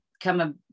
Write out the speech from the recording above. come